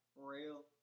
Real